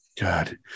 God